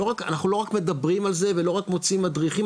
אנחנו לא רק מדברים על זה ולא רק מוציאים מדריכים,